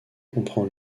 comprend